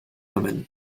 women